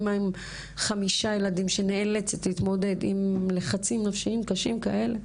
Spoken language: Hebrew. אמא עם חמישה ילדים שנאלצת להתמודד עם לחצים נפשיים כאלה,